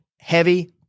heavy